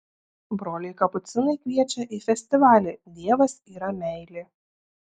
broliai kapucinai kviečia į festivalį dievas yra meilė